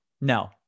no